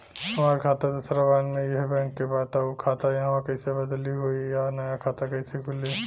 हमार खाता दोसर ब्रांच में इहे बैंक के बा त उ खाता इहवा कइसे बदली होई आ नया खाता कइसे खुली?